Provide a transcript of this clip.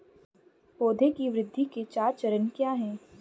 पौधे की वृद्धि के चार चरण क्या हैं?